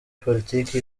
politiki